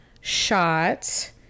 shot